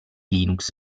linux